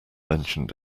mentioned